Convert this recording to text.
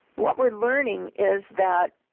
what we are learning is that,